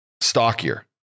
stockier